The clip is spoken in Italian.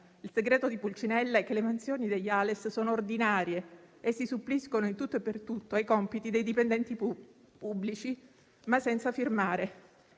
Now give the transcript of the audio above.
Il segreto di Pulcinella è che le mansioni degli ALES sono ordinarie e suppliscono in tutto e per tutto ai compiti dei dipendenti pubblici, ma senza firmare.